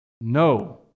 no